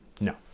No